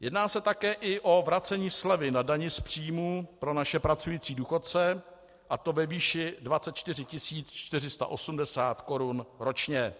Jedná se také i o vracení slevy na dani z příjmů pro naše pracující důchodce, a to ve výši 24 480 korun ročně.